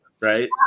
right